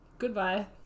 Goodbye